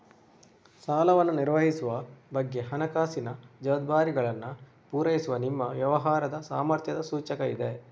ಸಾಲವನ್ನು ನಿರ್ವಹಿಸುವ ಬಗ್ಗೆ ಹಣಕಾಸಿನ ಜವಾಬ್ದಾರಿಗಳನ್ನ ಪೂರೈಸುವ ನಿಮ್ಮ ವ್ಯವಹಾರದ ಸಾಮರ್ಥ್ಯದ ಸೂಚಕ ಇದೆ